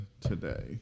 today